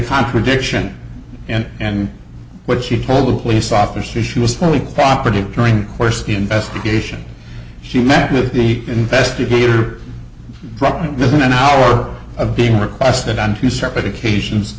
contradiction and and what she told the police officer she was probably property during the course investigation she met with the investigator probably isn't an hour of being requested on two separate occasions